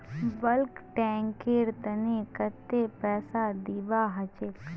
bulk tanker तने कत्ते पैसा दीबा ह छेक